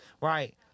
Right